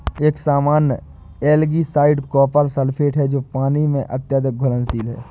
एक सामान्य algicide copper sulphate है जो पानी में अत्यधिक घुलनशील है